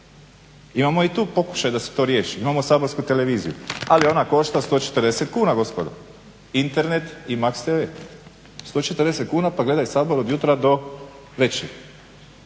Imamo i tu pokušaj da se to riješi, imamo saborsku televiziju. Ali ona košta 140 kuna gospodo. Internet i MAX TV. 140 kuna pa gledaj Sabor od jutra do večeri.